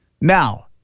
Now